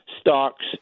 stocks